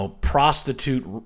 prostitute